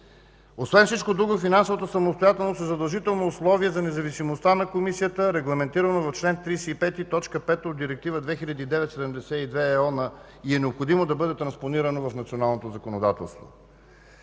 Освен всичко друго финансовата самостоятелност е задължително условие за независимостта на Комисията, регламентирано в чл. 35, т. 5 от Директива 2009/72/ЕО и е необходимо да бъде транспонирана в националното законодателство.